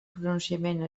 pronunciament